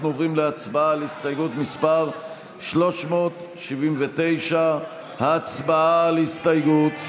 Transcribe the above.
אנחנו עוברים להצבעה על הסתייגות מס' 379. הצבעה על הסתייגות.